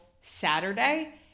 Saturday